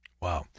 Wow